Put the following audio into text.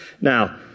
Now